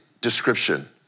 description